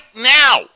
now